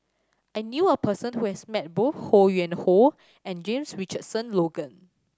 I knew a person who has met both Ho Yuen Hoe and James Richardson Logan